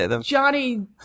Johnny